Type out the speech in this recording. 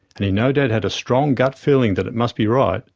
and he no doubt had a strong gut feeling that it must be right,